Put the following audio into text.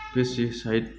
pesticide